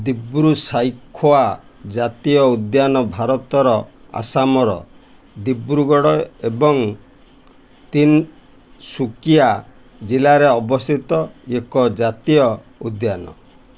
ଦିବ୍ରୁସାଇଖୋୱା ଜାତୀୟ ଉଦ୍ୟାନ ଭାରତର ଆସାମର ଦିବ୍ରୁଗଡ଼ ଏବଂ ତିନ୍ସୁକିଆ ଜିଲ୍ଲାରେ ଅବସ୍ଥିତ ଏକ ଜାତୀୟ ଉଦ୍ୟାନ